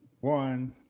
One